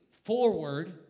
forward